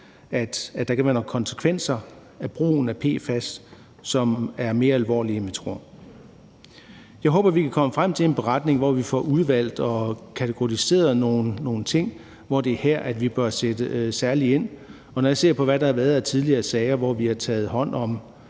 at der kan være nogle konsekvenser ved brugen af PFAS, som er mere alvorlige, end vi tror. Jeg håber, at vi kan komme frem til en beretning, hvor vi får udvalgt og kategoriseret nogle områder, hvor vi bør sætte særligt ind, og når jeg ser på, hvad der har været af tidligere sager, hvor vi har taget hånd om